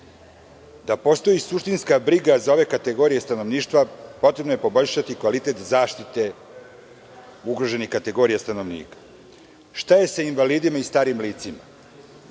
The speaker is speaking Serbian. postoji suštinska briga za ove kategorije stanovništva potrebno je poboljšati kvalitet zaštite ugroženih kategorija stanovnika. Šta je sa invalidima i starim licima?